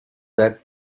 that